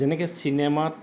যেনেকৈ চিনেমাত